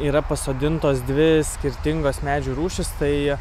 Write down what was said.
yra pasodintos dvi skirtingos medžių rūšys tai